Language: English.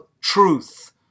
truth